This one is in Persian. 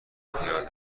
پیاده